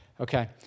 Okay